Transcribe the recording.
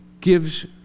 gives